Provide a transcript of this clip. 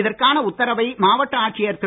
இதற்கான உத்தரவை மாவட்ட ஆட்சியர் திரு